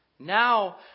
Now